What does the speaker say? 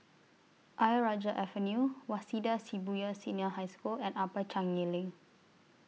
Ayer Rajah Avenue Waseda Shibuya Senior High School and Upper Changi LINK